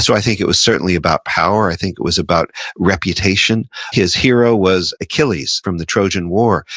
so i think it was certainly about power, i think it was about reputation. his hero was achilles from the trojan war.